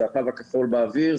זה התו הכחול באוויר,